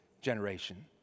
generation